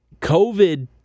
COVID